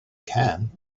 can